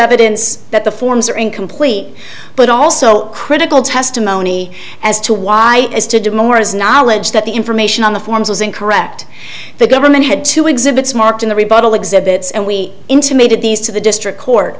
evidence that the forms are incomplete but also critical testimony as to why as to do more is knowledge that the information on the forms was incorrect the government had to exhibits marked in the rebuttal exhibits and we intimated these to the district court